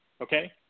okay